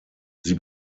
sie